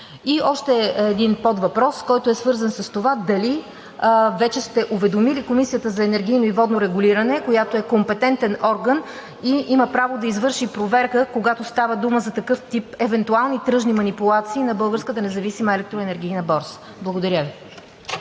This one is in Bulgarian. И още един подвъпрос, който е свързан с това дали вече сте уведомили Комисията за енергийно и водно регулиране, която е компетентен орган и има право да извърши проверка, когато става дума за такъв тип евентуални тръжни манипулации на Българската независима електроенергийна борса. Благодаря Ви.